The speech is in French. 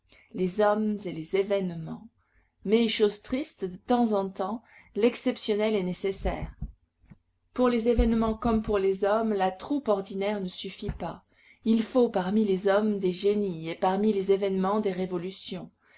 les hommes et les événements mais chose triste de temps en temps l'exceptionnel est nécessaire pour les événements comme pour les hommes la troupe ordinaire ne suffit pas il faut parmi les hommes des génies et parmi les événements des révolutions